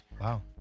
Wow